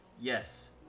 Yes